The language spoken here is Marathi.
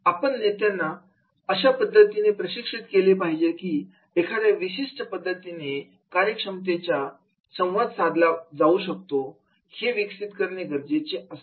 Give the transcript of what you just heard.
आपण नेत्यांना अशा पद्धतीने प्रशिक्षित केले पाहिजे कि एखाद्या विशिष्ट पद्धतीने कार्यक्षमरित्या संवाद कसा साधला जाऊ शकतो हे विकसित करणे गरजेचे असते